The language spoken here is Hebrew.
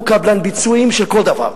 הוא קבלן ביצועים של כל דבר.